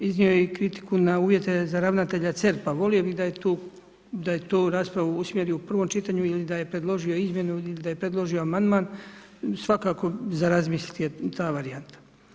Iznio je i kritiku na uvjete za ravnatelja CERP-a, volio bih da je tu raspravu usmjerio u prvom čitanju ili da je predložio izmjenu ili da je predložio amandman, svakako za razmisliti je ta varijanta.